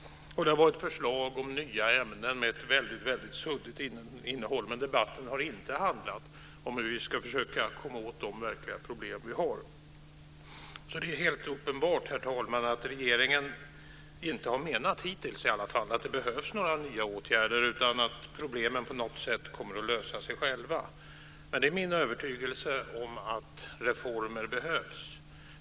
Det har varit förslag om nya ämnen med ett väldigt suddigt innehåll. Men debatten har inte handlat om hur vi ska försöka komma åt de verkliga problem vi har. Det är alltså helt uppenbart, herr talman, att regeringen inte har menat - hittills, i alla fall - att det behövs några nya åtgärder utan att problemen på något sätt kommer att lösa sig själva. Men det är min övertygelse att reformer behövs.